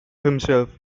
himself